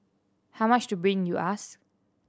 how much to bring you ask